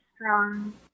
strong